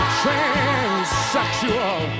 transsexual